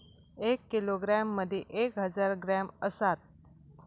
एक किलोग्रॅम मदि एक हजार ग्रॅम असात